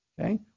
Okay